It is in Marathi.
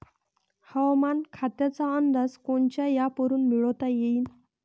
हवामान खात्याचा अंदाज कोनच्या ॲपवरुन मिळवता येईन?